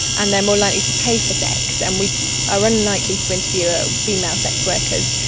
and they are more likely to pay for sex, and we are unlikely to interview ah female sex workers.